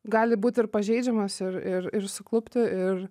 gali būt ir pažeidžiamas ir ir ir suklupti ir